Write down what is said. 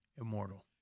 immortal